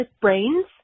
brains